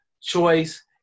choice